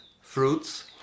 fruits